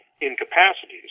incapacities